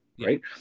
right